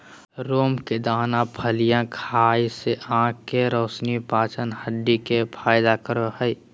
सेम के दाना फलियां खाय से आँख के रोशनी, पाचन, हड्डी के फायदा करे हइ